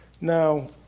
Now